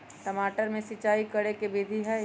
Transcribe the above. टमाटर में सिचाई करे के की विधि हई?